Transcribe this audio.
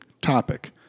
topic